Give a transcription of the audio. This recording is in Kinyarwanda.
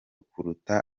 kuruta